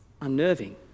unnerving